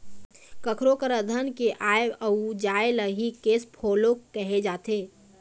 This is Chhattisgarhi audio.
कखरो करा धन के आय अउ जाय ल ही केस फोलो कहे जाथे